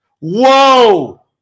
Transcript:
whoa